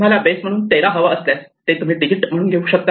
तुम्हाला बेस म्हणून 13 हवा असल्यास तुम्ही ते डिजिट म्हणून घेऊ शकता